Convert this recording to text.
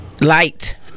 Light